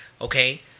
okay